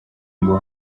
ngo